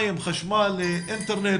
חיים, חשמל, אינטרנט.